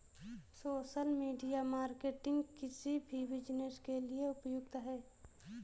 social media marketing किसी भी business के लिए उपयुक्त है